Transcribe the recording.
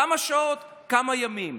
כמה שעות, כמה ימים.